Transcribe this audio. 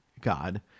God